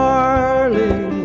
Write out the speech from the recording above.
Darling